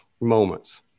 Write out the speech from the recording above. moments